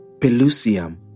Pelusium